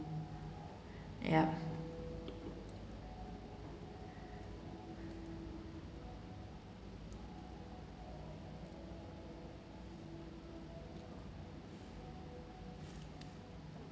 ya